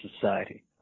society